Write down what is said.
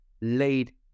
laid